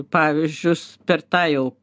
pavyzdžius per tą jau